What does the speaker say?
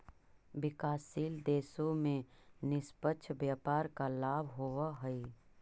विकासशील देशों में निष्पक्ष व्यापार का लाभ होवअ हई